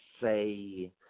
say